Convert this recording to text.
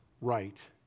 right